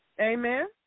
Amen